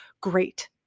Great